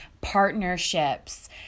partnerships